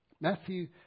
Matthew